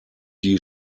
die